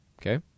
Okay